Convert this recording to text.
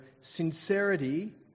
sincerity